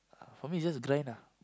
for me it's just ah